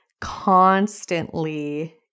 constantly